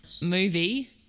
movie